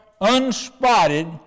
unspotted